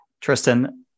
Tristan